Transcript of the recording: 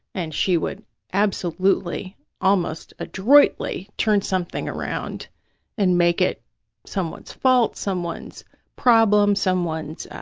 and she would absolutely almost adroitly turn something around and make it someone's fault, someone's problem, someone's